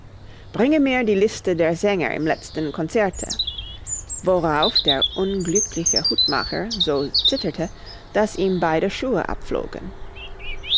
bringe mir die liste der sänger im letzten concerte worauf der unglückliche hutmacher so zitterte daß ihm beide schuhe abflogen